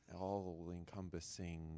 all-encompassing